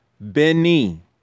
Beni